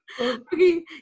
Okay